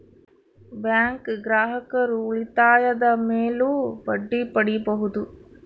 bank ಗ್ರಾಹಕರು ಉಳಿತಾಯದ ಮೇಲೂ ಬಡ್ಡಿ ಪಡೀಬಹುದು